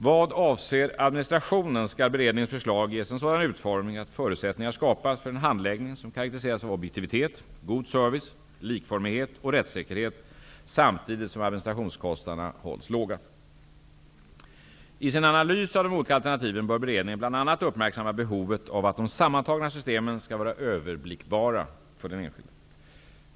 Vad avser administrationen skall beredningens förslag ges en sådan utformning att förutsättningar skapas för en handläggning som karaktäriseras av objektivitet, god service, likformighet och rättssäkerhet samtidigt som administrationskostnaderna hålls låga. I sin analys av de olika alternativen bör beredningen bl.a. uppmärksamma behovet av att de sammantagna systemen skall vara överblickbara för den enskilde.